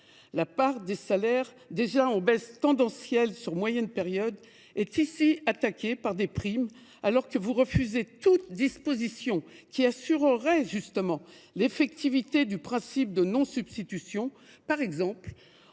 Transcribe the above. La part des salaires, déjà en baisse tendancielle sur moyenne période, est ici attaquée par des primes, alors que vous refusez toute disposition qui assurerait justement l’effectivité du principe de non substitution. À cette